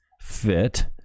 fit